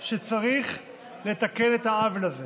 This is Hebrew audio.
שצריך לתקן את העוול הזה,